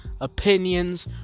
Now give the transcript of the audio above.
opinions